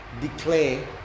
declare